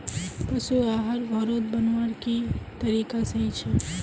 पशु आहार घोरोत बनवार की तरीका सही छे?